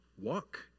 walk